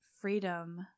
freedom